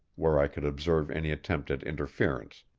where i could observe any attempt at interference,